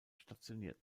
stationiert